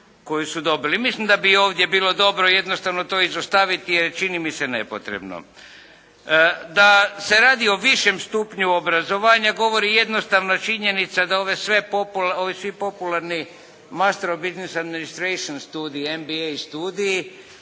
Mislim da bi ovdje bilo dobro jednostavno to izostaviti, jer čini mi se nepotrebno. Da se radi o višem stupnju obrazovanja govori jednostavna činjenica da ovi svi popularni … MBM studiji i